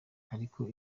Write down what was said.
ariko